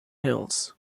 hills